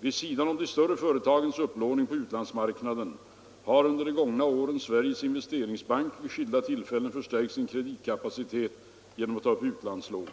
Vid sidan om de större företagens upplåning på utlandsmarknaden har under de gångna åren Sveriges investeringsbank vid skilda tillfällen förstärkt sin kreditkapacitet genom att ta upp utlandslån.